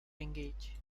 engage